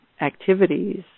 activities